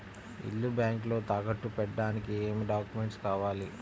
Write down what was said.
ఇల్లు బ్యాంకులో తాకట్టు పెట్టడానికి ఏమి డాక్యూమెంట్స్ కావాలి?